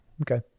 Okay